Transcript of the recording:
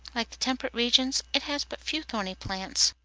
like the temperate regions, it has but few thorny plants.